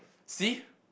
see